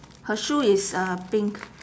her shoe is uh pink